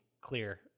clear